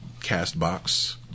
Castbox